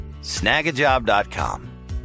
snagajob.com